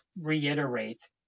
reiterate